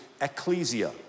ecclesia